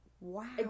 Wow